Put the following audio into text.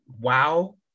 wow